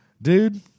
Dude